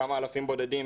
כמה אלפים בודדים,